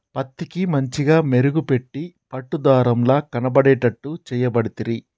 పత్తికి మంచిగ మెరుగు పెట్టి పట్టు దారం ల కనబడేట్టు చేయబడితిరి